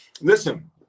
Listen